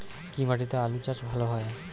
কি মাটিতে আলু চাষ ভালো হয়?